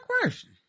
question